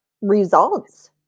results